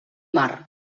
mar